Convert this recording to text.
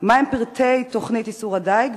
2. מה הם פרטי תוכנית איסור הדיג?